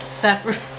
separate